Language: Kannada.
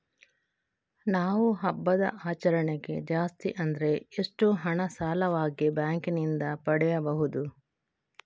ನಾವು ಹಬ್ಬದ ಆಚರಣೆಗೆ ಜಾಸ್ತಿ ಅಂದ್ರೆ ಎಷ್ಟು ಹಣ ಸಾಲವಾಗಿ ಬ್ಯಾಂಕ್ ನಿಂದ ಪಡೆಯಬಹುದು?